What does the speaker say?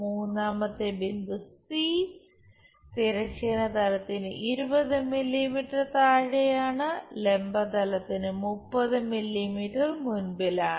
മൂന്നാമത്തെ ബിന്ദു സി തിരശ്ചീന തലത്തിന് 20 മില്ലിമീറ്റർ താഴെയാണ് ലംബ തലത്തിന് 30 മില്ലിമീറ്റർ മുൻപിലാണ്